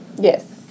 Yes